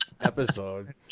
episode